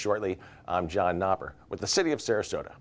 shortly with the city of sarasota